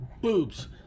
boobs